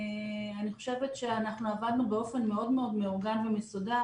אני חושבת שאנחנו עבדנו באופן מאוד מאוד מאורגן ומסודר.